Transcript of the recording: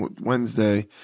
Wednesday